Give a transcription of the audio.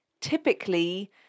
Typically